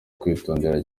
kwitondera